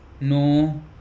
no